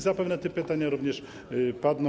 Zapewne te pytania również padną.